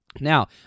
Now